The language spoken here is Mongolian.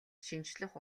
шинжлэх